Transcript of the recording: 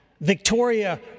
Victoria